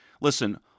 listen